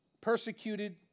persecuted